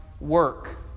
work